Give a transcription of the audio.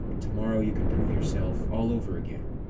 tomorrow you can prove yourself all over again.